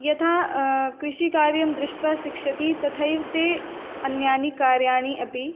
यथा कृषिकार्यं दृष्ट्वा शिक्षति तथैव ते अन्यानि कार्याणि अपि